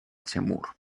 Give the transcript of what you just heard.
тимур